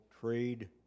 trade